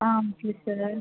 ah okay sir